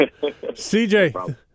CJ